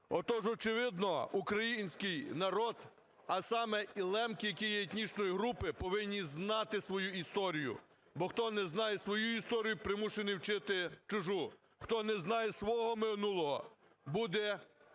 Отож, очевидно, український народ, а саме і лемки, які є етнічною групою, повинні знати свою історію. Бо хто не знає свою історію, примушений вчити чужу. Хто не знаєте свого минулого, буде